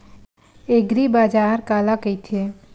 एग्रीबाजार काला कइथे?